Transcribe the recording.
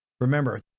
Remember